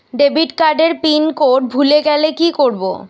Debit card এর pin code ভুলে গেলে কি করব?